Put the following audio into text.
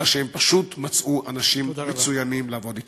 אלא שהם פשוט מצאו אנשים מצוינים לעבוד אתם.